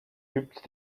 übt